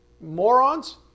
morons